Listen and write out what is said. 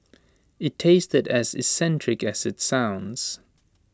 IT tasted as eccentric as IT sounds